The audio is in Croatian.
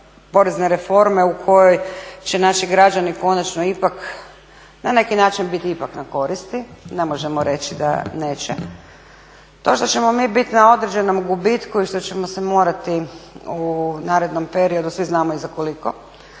porezne reforme u kojoj će naši građani konačno ipak na neki način biti ipak na koristi, ne možemo reći da neće. To što ćemo mi biti na određenom gubitku i što ćemo se morati u narodu periodu, svi znamo i za koliko